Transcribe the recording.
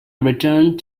returned